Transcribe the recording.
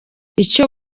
icyo